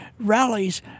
rallies